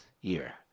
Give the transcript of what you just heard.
year